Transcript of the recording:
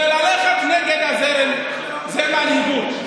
ללכת נגד הזרם זה מנהיגות.